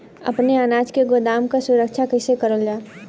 अपने अनाज के गोदाम क सुरक्षा कइसे करल जा?